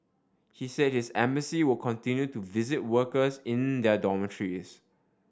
he said his embassy will continue to visit workers in their dormitories